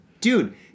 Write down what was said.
Dude